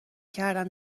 کردن